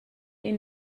ihn